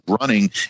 running